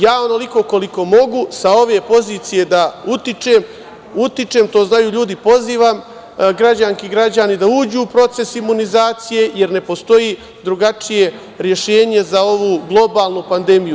Ja onoliko koliko mogu sa ove pozicije da utičem, utičem, to znaju ljudi, i pozivam građanke i građane da uđu u proces imunizacije, jer ne postoji drugačije rešenje za ovu globalnu pandemiju.